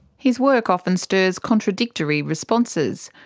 his work often stirs contradictory responses.